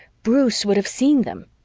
bruce would have seen them.